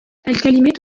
الكلمات